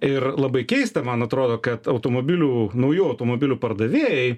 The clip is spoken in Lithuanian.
ir labai keista man atrodo kad automobilių naujų automobilių pardavėjai